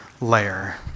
layer